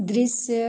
दृश्य